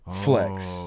Flex